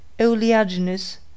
oleaginous